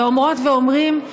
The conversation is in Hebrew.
ואומרות ואומרים,